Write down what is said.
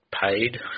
paid